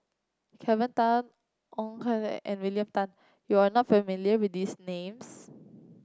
Kelvin Tan Ong Kian and William Tan you are not familiar with these names